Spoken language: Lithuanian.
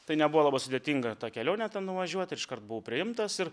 tai nebuvo labai sudėtinga ta kelionė ten nuvažiuot ir iškart buvau priimtas ir